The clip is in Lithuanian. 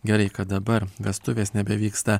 gerai kad dabar vestuvės nebevyksta